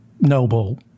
noble